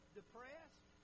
depressed